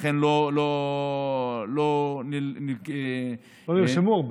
לכן לא לא נרשמו הרבה,